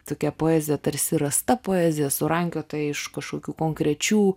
tokia poezija tarsi rasta poezija surankiota iš kažkokių konkrečių